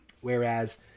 Whereas –